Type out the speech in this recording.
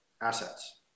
assets